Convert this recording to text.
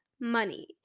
money